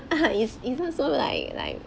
is even so like like